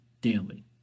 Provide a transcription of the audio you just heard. daily